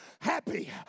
happy